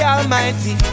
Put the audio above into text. Almighty